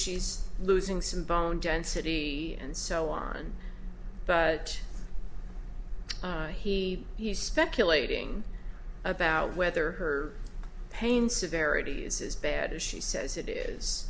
she's losing some bone density and so on but he he's speculating about whether her pain severity is as bad as she says it is